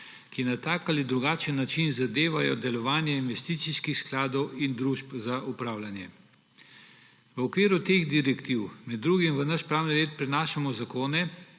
ki na tak ali drugačen način zadevajo delovanje investicijskih skladov in družb za upravljanje. V okviru teh direktiv med drugim v naš pravni red prenašamo zakone,